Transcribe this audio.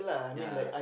ya